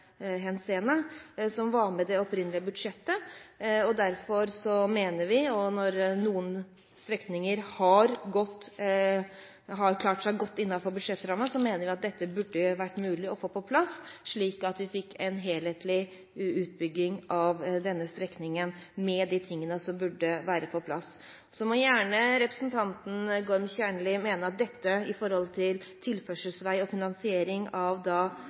henseende, og som var med i det opprinnelige budsjettet. Når noen strekninger har klart seg godt innenfor budsjettrammen, mener vi at dette burde vært mulig å få på plass, slik at vi fikk en helhetlig utbygging av denne strekningen, med de tingene som burde være på plass. Så må representanten Gorm Kjernli gjerne mene at vi ikke behøver å mene noe om tilførselsvei og finansiering av